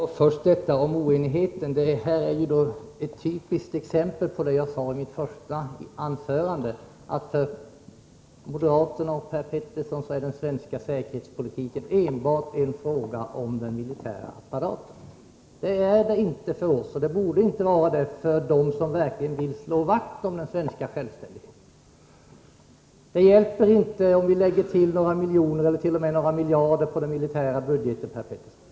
Herr talman! Det Per Petersson sade om oenigheten är ju ett typiskt exempel på det jag beskrev i mitt första anförande, att för moderaterna och Per Petersson är den svenska säkerhetspolitiken enbart en fråga om den militära apparaten. Det är det inte för oss, och det borde inte vara det för dem som verkligen vill slå vakt om den svenska självständigheten. Det hjälper inte om vi lägger till några miljoner eller t.o.m. några miljarder på den militära budgeten, Per Petersson.